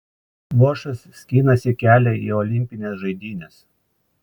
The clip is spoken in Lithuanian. skvošas skinasi kelią į olimpines žaidynes